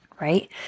right